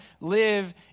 live